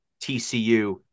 TCU